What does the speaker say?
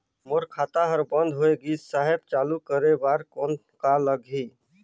मोर खाता हर बंद होय गिस साहेब चालू करे बार कौन का लगही?